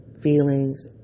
feelings